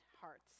hearts